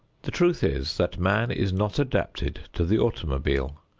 the truth is that man is not adapted to the automobile.